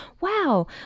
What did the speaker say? wow